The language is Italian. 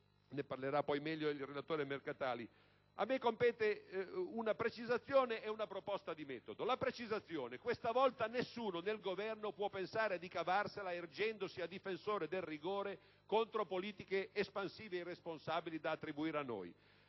- a me in questa sede compete una precisazione e una proposta di metodo. Quanto alla precisazione, questa volta nessuno nel Governo può pensare di cavarsela ergendosi a difensore del rigore, contro politiche espansive irresponsabili da attribuire a noi.